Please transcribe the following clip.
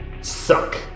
suck